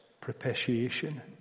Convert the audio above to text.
propitiation